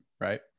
Right